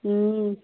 ம்